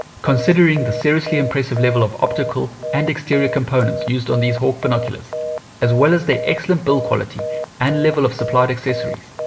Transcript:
considering the seriously impressive level of optical and exterior components used on these hawke binoculars as well as their excellent build quality and level of supplied accessories,